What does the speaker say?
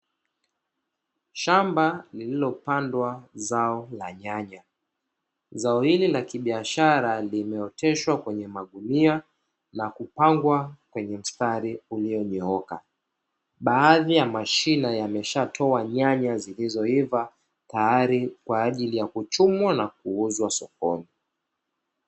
Shamba lililopandwa zao la nyanya, zao hili la kibiashara, limeoteshwa kwenye magunia na kupangwa kwenye mstari ulionyooka. Baadhi ya mashina yameshatoa nyanya zilizoiva tayari kwa ajili ya kuchumwa na kuuzwa sokoni.